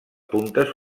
puntes